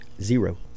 zero